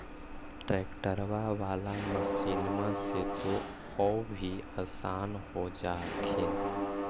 ट्रैक्टरबा बाला मसिन्मा से तो औ भी आसन हो जा हखिन?